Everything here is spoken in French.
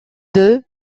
deux